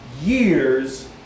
years